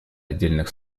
отдельных